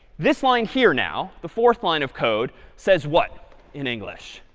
this line here now, the fourth line of code, says what in english?